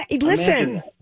listen